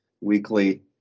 weekly